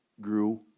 grew